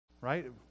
right